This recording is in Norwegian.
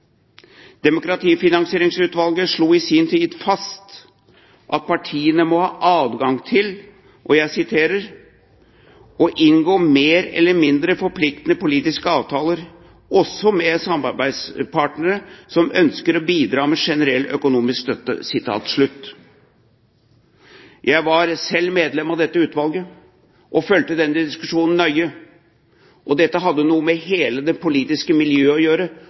Demokratifinansieringsutvalget slo i sin tid fast at partiene må ha adgang til «å inngå mer eller mindre forpliktende politiske avtaler – også med samarbeidsparter som ønsker å bidra med generell økonomisk støtte». Jeg var selv medlem av dette utvalget og fulgte denne diskusjonen nøye. Dette hadde noe med hele det politiske miljøet og forholdet til bidragsytere å gjøre.